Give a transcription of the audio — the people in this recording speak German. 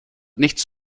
nichts